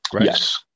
yes